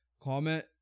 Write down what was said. Comment